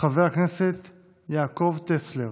חבר הכנסת יעקב טסלר